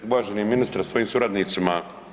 Uvaženi ministre sa svojim suradnicima.